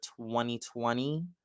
2020